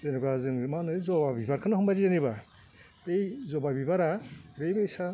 जेनेबा जोङो मा होनो जबा बिबारखौनो हमबाय दे जेनेबा बै जबा बिबारा जेरै बायदि